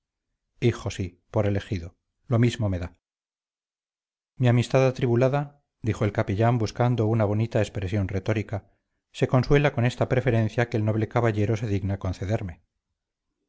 hijo sí por elegido lo mismo me da mi amistad atribulada dijo el capellán buscando una bonita expresión retórica se consuela con esta preferencia que el noble caballero se digna concederme